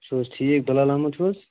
تُہۍ چھُو حظ ٹھیٖک بِلال احمد چھُو حظ